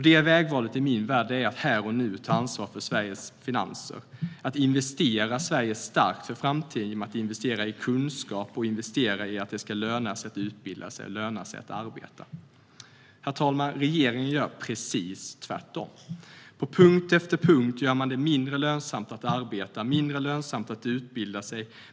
Det vägvalet är i min värld att här och nu ta ansvaret för Sveriges finanser och investera Sverige starkt inför framtiden genom att investera i kunskap och i att det ska löna sig att utbilda sig och arbeta. Herr talman! Regeringen gör precis tvärtom. På punkt efter punkt gör man det mindre lönsamt att arbeta och att utbilda sig.